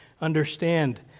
understand